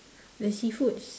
the seafoods